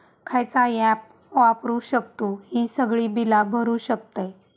खयचा ऍप वापरू शकतू ही सगळी बीला भरु शकतय?